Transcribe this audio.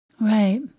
Right